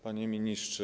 Panie Ministrze!